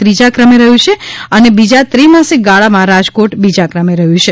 ત્રીજા ક્રમે રહ્યુ છે અને બીજા ત્રિમાસિક ગાળામાં રાજકોટ બીજા ક્રમે રહ્યુ છે